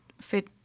fit